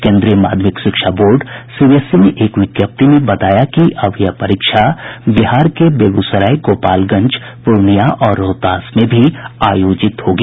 केंद्रीय माध्यमिक शिक्षा बोर्ड सीबीएसई ने एक विज्ञप्ति में बताया कि अब यह परीक्षा बिहार के बेगूसराय गोपालगंज पूर्णिया और रोहतास में भी आयोजित होगी